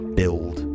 build